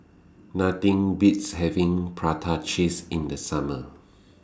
Nothing Beats having Prata Cheese in The Summer